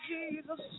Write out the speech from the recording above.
Jesus